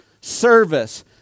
service